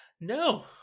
No